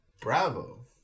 Bravo